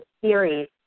series